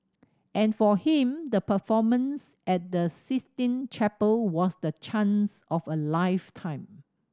and for him the performance at the Sistine Chapel was the chance of a lifetime